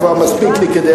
זה כבר מספיק לי כדי